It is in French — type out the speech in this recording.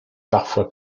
parfois